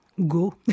Go